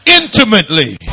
intimately